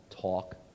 talk